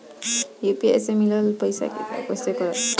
UPI से मिलल पईसा के हिसाब कइसे करब?